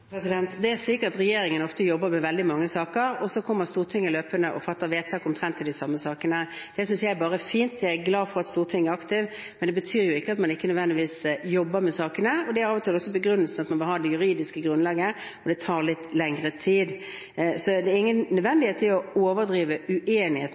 Regjeringen jobber ofte med veldig mange saker, og så kommer Stortinget løpende og fatter vedtak i omtrent de samme sakene. Det synes jeg er bare fint, jeg er glad for at Stortinget er aktivt. Men det betyr ikke nødvendigvis at man ikke jobber med sakene. Av og til er begrunnelsen at man også må ha det juridiske grunnlaget, og det tar litt lengre tid. Det er ingen